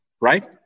right